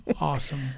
awesome